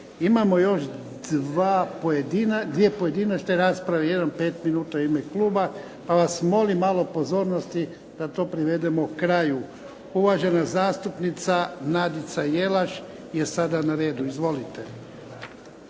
Imamo još dvije pojedinačne rasprave, jedan pet minuta u ime kluba pa vas molim malo pozornosti da to privedemo kraju. Uvažena zastupnica Nadica Jelaš je sada na redu. Izvolite.